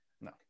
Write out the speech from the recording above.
No